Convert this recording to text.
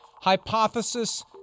hypothesis